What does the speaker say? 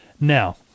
Now